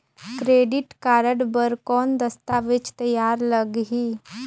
Credit card बर कौन दस्तावेज तैयार लगही?